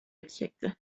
yüksekti